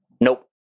Nope